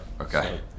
Okay